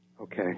Okay